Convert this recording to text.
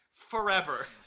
Forever